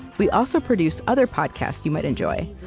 we also produce other podcasts you might enjoy,